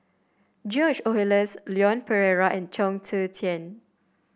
George Oehlers Leon Perera and Chong Tze Chien